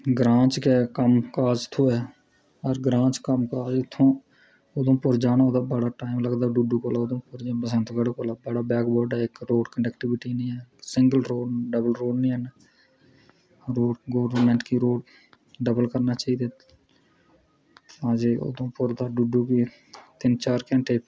ग्रांऽ च गै कम्म काज थ्होऐ अज्ज ग्रांऽ दा कम्म काज उत्थुआं उधमपुर जाना होऐ तां बड़ा टाईम लगदा डुड्डू टू उधमपुर ते जियां बसंतगढ़ इक्क ते कोई क्नेक्टीविटी निं ऐ सिंगल रोड़ डबल रोड़ निं हैन गौरमेंट गी रोड़ डबल करना चाहिदा ऐ ते उधमपुर दा डुड्डू गी तीन चार घैंटे